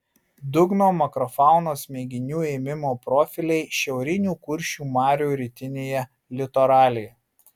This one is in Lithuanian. dugno makrofaunos mėginių ėmimo profiliai šiaurinių kuršių marių rytinėje litoralėje